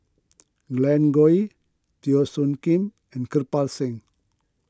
Glen Goei Teo Soon Kim and Kirpal Singh